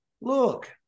look